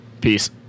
Peace